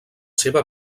seva